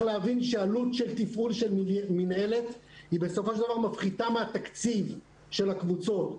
עלות התפעול של המינהלת מפחיתה בסופו של דבר מתקציב הקבוצות.